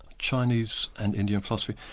chinese and indian philosophy.